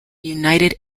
united